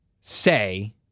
say